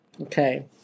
okay